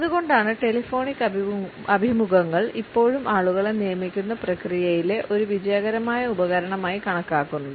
അതുകൊണ്ടാണ് ടെലിഫോണിക് അഭിമുഖങ്ങൾ ഇപ്പോഴും ആളുകളെ നിയമിക്കുന്ന പ്രക്രിയയിലെ ഒരു വിജയകരമായ ഉപകരണമായി കണക്കാക്കുന്നത്